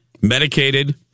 Medicated